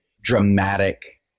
dramatic